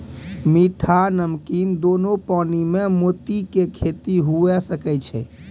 मीठा, नमकीन दोनो पानी में मोती के खेती हुवे सकै छै